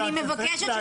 אני מבקשת,